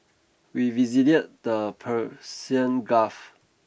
we visited the Persian Gulf